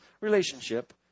relationship